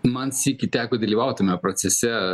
man sykį teko dalyvaut tame procese